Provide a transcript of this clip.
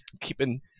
keeping